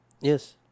Yes